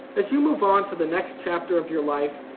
as you move on to the next chapter of your life,